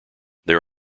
there